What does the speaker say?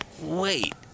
Wait